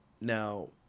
Now